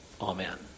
Amen